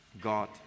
God